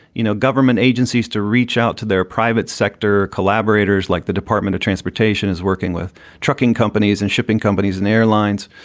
you know, government agencies to reach out to their private sector. collaborators like the department of transportation is working with trucking companies and shipping companies and airlines,